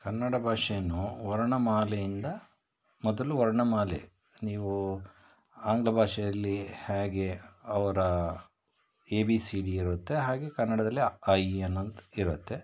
ಕನ್ನಡ ಭಾಷೆಯನ್ನು ವರ್ಣಮಾಲೆಯಿಂದ ಮೊದಲು ವರ್ಣಮಾಲೆ ನೀವು ಆಂಗ್ಲ ಭಾಷೆಯಲ್ಲಿ ಹೇಗೆ ಅವರ ಎ ಬಿ ಸಿ ಡಿ ಇರುತ್ತೆ ಹಾಗೆ ಕನ್ನಡದಲ್ಲಿ ಅ ಆ ಇ ಈ ಅನ್ನೋದು ಇರುತ್ತೆ